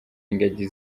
ingagi